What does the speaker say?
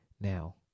Now